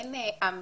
אין עם ישראלי,